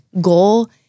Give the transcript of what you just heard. goal